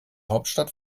hauptstadt